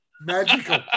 Magical